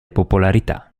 popolarità